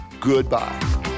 goodbye